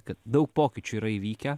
kad daug pokyčių yra įvykę